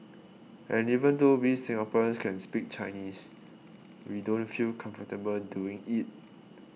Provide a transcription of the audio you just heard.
and even though we Singaporeans can speak Chinese we don't feel comfortable doing it